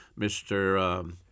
Mr